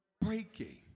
breaking